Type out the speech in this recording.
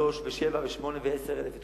3,000 ו-7,000 ו-8,000 ו-10,000,